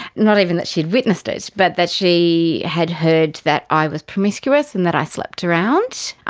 not even that she'd witnessed it, but that she had heard that i was promiscuous and that i slept around.